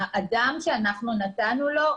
האדם שאנחנו נתנו לו,